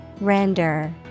Render